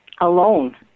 alone